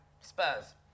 Spurs